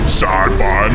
Sci-Fi